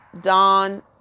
dawn